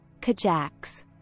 kajaks